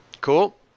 Cool